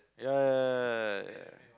yeah yeah yeah yeah yeah